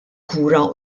kura